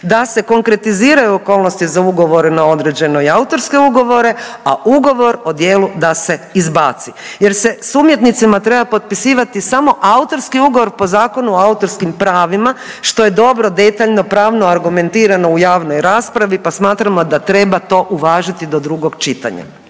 da se konkretiziraju okolnosti za ugovore na određeno i autorske ugovore, a ugovor o djelu da se izbaci. Jer se s umjetnicima treba potpisivati samo autorski ugovor po Zakonu o autorskim pravima što je dobro detaljno, pravno argumentirano u javnoj raspravi, pa smatramo da treba to uvažiti do drugog čitanja.